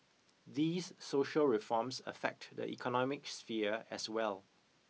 these social reforms affect the economic sphere as well